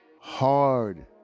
Hard